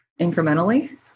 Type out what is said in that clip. incrementally